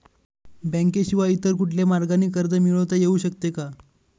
बँकेशिवाय इतर कुठल्या मार्गाने कर्ज मिळविता येऊ शकते का?